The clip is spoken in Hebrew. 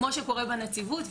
כמו שקורה בנציבות.